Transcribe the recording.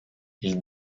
ils